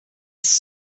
ist